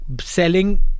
selling